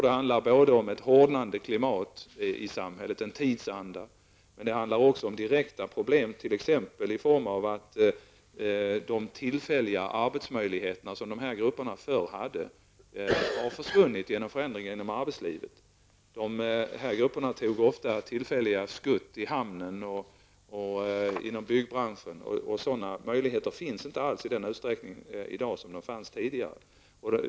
Det handlar både om ett hårdnande klimat i samhället, en ny tidsanda, och om direkta problem, t.ex. att de tillfälliga arbetsmöjligheter som dessa grupper tidigare hade har försvunnit på grund av förändringarna på arbetsmarknaden. Dessa personer tog ofta tillfälliga skuff i hamnen eller inom byggbranschen. Sådana jobb finns i dag inte alls i samma utsträckning som tidigare.